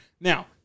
Now